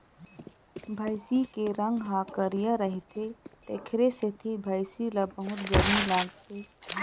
भइसी के रंग ह करिया रहिथे तेखरे सेती भइसी ल बहुत गरमी लागथे